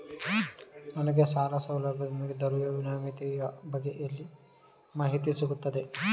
ನನಗೆ ಸಾಲ ಸೌಲಭ್ಯದೊಂದಿಗೆ ದೊರೆಯುವ ವಿನಾಯತಿಯ ಬಗ್ಗೆ ಎಲ್ಲಿ ಮಾಹಿತಿ ಸಿಗುತ್ತದೆ?